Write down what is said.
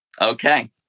Okay